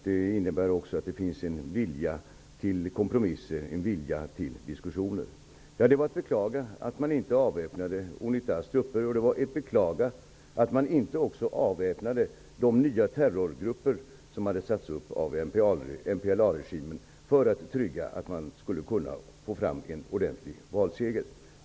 Det innebär också att det finns en vilja till kompromisser och diskussioner. Det är att beklaga att man inte avväpnade Unitas trupper. Det är att beklaga att man inte också avväpnade de nya terrorgrupper som sattes upp av MPLA-regimen att trygga en ordentlig valseger.